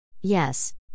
Yes